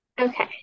Okay